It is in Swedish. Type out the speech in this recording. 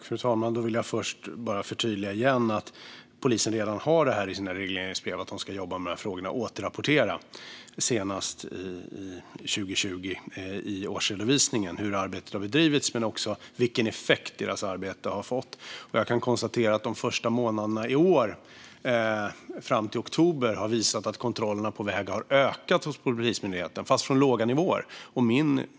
Fru talman! Jag vill först bara igen förtydliga att polisen redan har detta i sina regleringsbrev: att de ska jobba med dessa frågor och återrapportera senast i årsredovisningen för 2020 hur arbetet har bedrivits och vilken effekt arbetet har fått. Jag kan konstatera att kontrollerna på väg har ökat hos Polismyndigheten under de första månaderna i år, fram till oktober, fast från låga nivåer.